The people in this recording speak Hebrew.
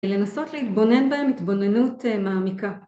לנסות להתבונן בהם, התבוננות מעמיקה.